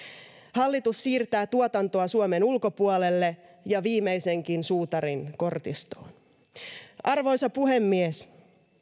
hallitus siirtää tuotantoa suomen ulkopuolelle ja viimeisenkin suutarin kortistoon arvoisa puhemies